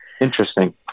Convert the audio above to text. Interesting